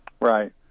Right